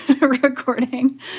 recording